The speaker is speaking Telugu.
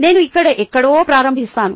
నేను ఇక్కడ ఎక్కడో ప్రారంభిస్తాను